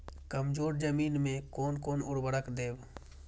कमजोर जमीन में कोन कोन उर्वरक देब?